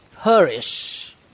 perish